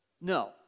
No